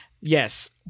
Yes